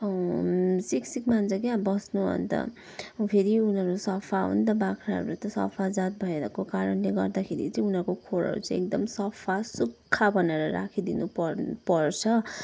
सिकसिक मान्छ क्या बस्नु अन्त फेरि उनीहरू सफा हो नि त बाख्राहरू त सफा जात भएको कारणले गर्दाखेरि चाहिँ उनीहरूको खोरहरू चाहिँ एकदम सफा सुख्खा बनाएर राखिदिनु पर पर्छ